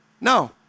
no